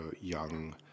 young